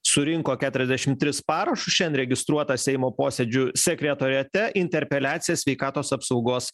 surinko keturiasdešim tris parašus šian registruota seimo posėdžių sekretoriate interpeliacija sveikatos apsaugos